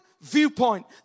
viewpoint